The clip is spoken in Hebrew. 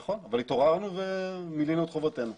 נכון, אבל התעוררנו ומילאנו את חובתנו.